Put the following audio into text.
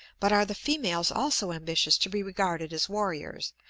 but are the females also ambitious to be regarded as warriors,